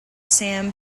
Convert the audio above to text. sam